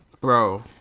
Bro